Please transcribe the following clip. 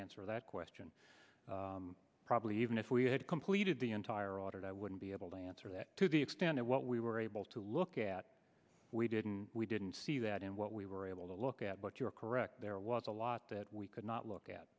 answer that question probably even if we had completed the entire audit i wouldn't be able to answer that to the extent of what we were able to look at we didn't we didn't see that in what we were able to look at but you're correct there was a lot that we could not look